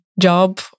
job